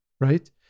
right